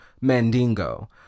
Mandingo